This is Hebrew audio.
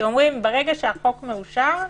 אתם אומרים שמרגע שהחוק מאושר,